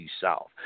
South